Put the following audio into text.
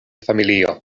familio